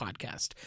podcast